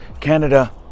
Canada